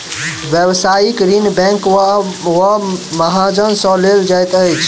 व्यवसायिक ऋण बैंक वा महाजन सॅ लेल जाइत अछि